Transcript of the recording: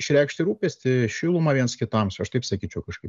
išreikšti rūpestį šilumą viens kitam aš taip sakyčiau kažkaip